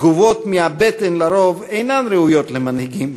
תגובות מהבטן לרוב אינן ראויות למנהיגים,